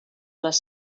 les